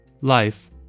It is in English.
life